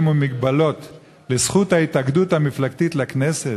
ומגבלות לזכות ההתאגדות המפלגתית לכנסת,